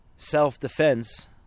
self-defense